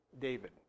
David